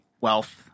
Wealth